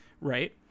right